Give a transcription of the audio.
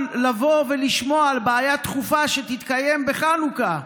לבוא ולשמוע על בעיה דחופה שתתקיים בחנוכה.